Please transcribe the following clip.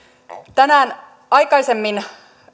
tänään aikaisemmin